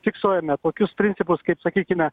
fiksuojame tokius principus kaip sakykime